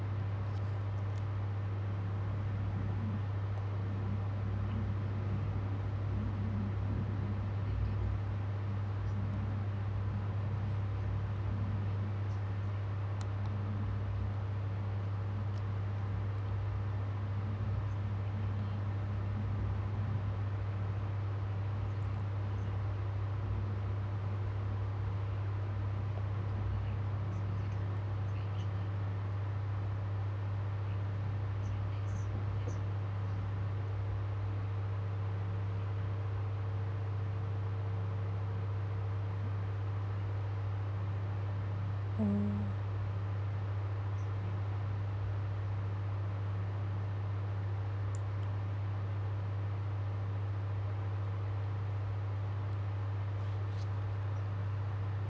mm